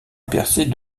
percer